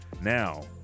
Now